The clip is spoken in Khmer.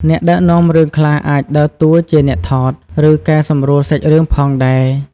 អ្នកដឹកនាំរឿងខ្លះអាចដើរតួជាអ្នកថត ឬកែសម្រួលសាច់រឿងផងដែរ។